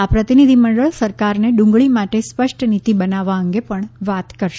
આ પ્રતિનિધિમંડળ સરકારને ડુંગળી માટે સ્પષ્ટ નીતિ બનાવવા અંગે પણ વાત કરશે